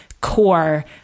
core